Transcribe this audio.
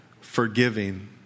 forgiving